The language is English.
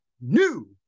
new